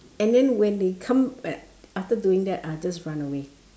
and then when they come at after doing that I'll just run away